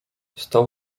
stał